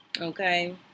Okay